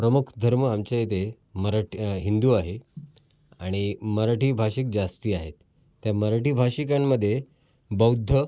प्रमुख धर्म आमच्या इथे मराठी हिंदू आहे आणि मराठी भाषिक जास्ती आहेत त्या मराठी भाषिकांमध्ये बौद्ध